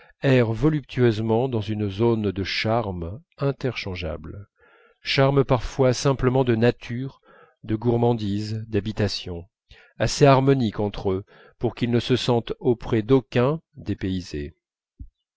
erre voluptueusement dans une zone de charmes interchangeables charmes parfois simplement de nature de gourmandise d'habitation assez harmoniques entre eux pour qu'il ne se sente auprès d'aucun dépaysé